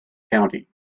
county